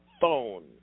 phone